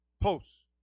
posts